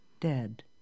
Dead